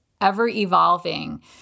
ever-evolving